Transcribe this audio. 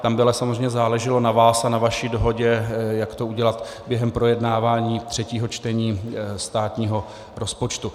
Tam by samozřejmě záleželo na vás a na vaší dohodě, jak to udělat během projednávání třetího čtení státního rozpočtu.